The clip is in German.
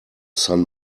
san